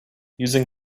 using